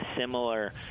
similar